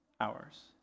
hours